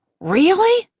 really?